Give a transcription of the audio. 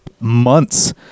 Months